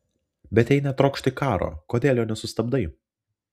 bet jei netrokšti karo kodėl jo nesustabdai